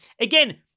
Again